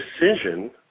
decision